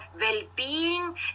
well-being